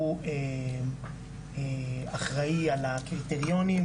הוא אחראי על הקריטריונים,